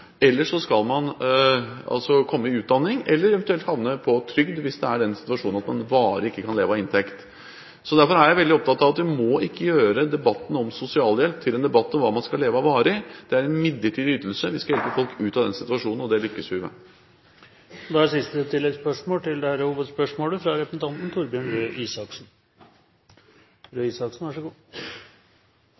komme seg i utdanning eller eventuelt havne på trygd, hvis situasjonen er at man ikke varig kan leve av egen inntekt. Derfor er jeg veldig opptatt av at man ikke må gjøre debatten om sosialhjelp til en debatt om hva man skal leve av varig. Det er en midlertidig ytelse. Vi skal hjelpe folk ut av den situasjonen, og det lykkes vi med. Torbjørn Røe Isaksen – til